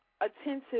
attentive